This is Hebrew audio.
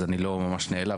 אז אני לא ממש נעלב,